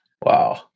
Wow